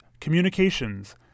communications